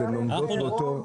הן לומדות באותו מסלול.